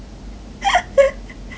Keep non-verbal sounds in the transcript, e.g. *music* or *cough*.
*noise*